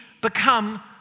become